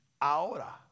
Ahora